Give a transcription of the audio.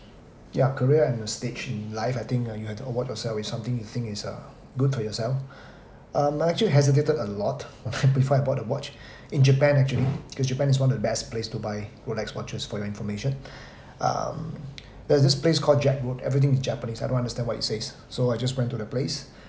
yeah career and the stage in life I think uh you have to award yourself with something you think is uh good for yourself um I actually hesitated a lot before I bought the watch in japan actually cause japan is one of the best place to buy rolex watches for your information um there's this place called jagwood everything is japanese I don't understand what it says so I just went to the place